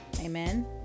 Amen